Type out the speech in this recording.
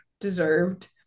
deserved